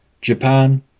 Japan